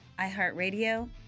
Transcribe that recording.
iHeartRadio